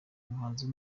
umuhanzi